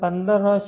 15 હશે